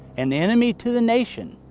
an enemy to the nation.